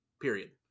Period